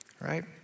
Right